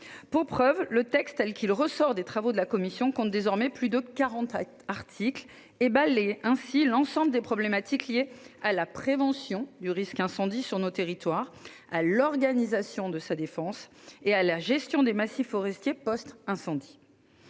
Pour preuve, le texte tel qu'il ressort des travaux de la commission spéciale compte désormais plus de quarante articles et balaie ainsi l'ensemble des problématiques liées à la prévention du risque incendie dans nos territoires, à l'organisation de la défense contre le sinistre et à la gestion des massifs forestiers post-incendie.